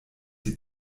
die